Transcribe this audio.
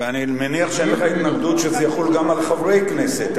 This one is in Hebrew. ואני מניח שאין לך התנגדות שזה יחול גם על חברי כנסת,